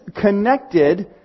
connected